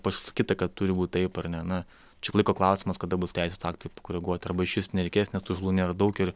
pasakyta kad turi būt taip ar ne na čia laiko klausimas kada bus teisės aktai koreguoti arba išvis nereikės nes tų žalų nėra daug ir